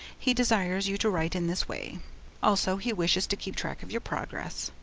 he desires you to write in this way also, he wishes to keep track of your progress.